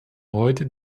heute